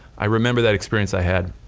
i remember that experience i had,